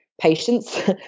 patience